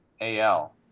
AL